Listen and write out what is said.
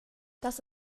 das